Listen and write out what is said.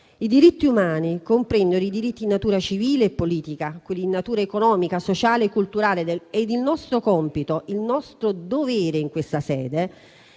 I diritti umani comprendono i diritti di natura civile e politica, quelli di natura economica, sociale e culturale ed il nostro compito, il nostro dovere in questa sede,